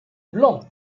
blanc